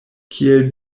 kiel